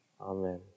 Amen